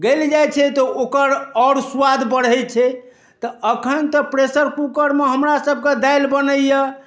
गैल जाइ छै तऽ ओकर आओर स्वाद बढ़ै छै तऽ अखन तऽ प्रेसर कुकरमे हमरा सभके दालि बनैया